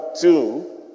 two